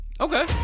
Okay